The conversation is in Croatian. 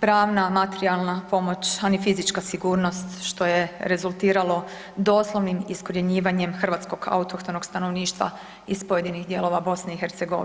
pravna, materijalna pomoć a ni fizička sigurnost što je rezultiralo doslovnim iskorjenjivanjem hrvatskog autohtonog stanovništva iz pojedinih dijelova Bosne i Hercegovine.